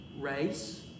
race